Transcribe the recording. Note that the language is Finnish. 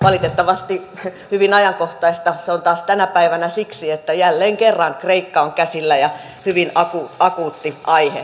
valitettavasti hyvin ajankohtaista se on taas tänä päivänä siksi että jälleen kerran kreikka on käsillä ja hyvin akuutti aihe